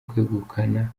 kwegukana